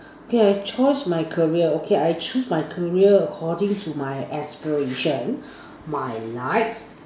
okay I choose my career okay I choose my career according to my aspiration my life